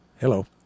Hello